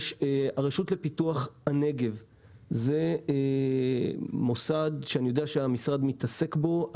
הרשות לפיתוח הנגב זה מוסד שאני יודע שהמשרד מתעסק בו.